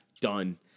done